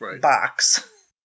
box